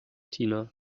tina